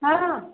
ହଁ